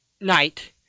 night